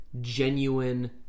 genuine